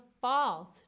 false